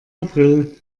april